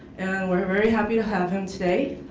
we're very happy to have him today.